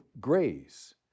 grace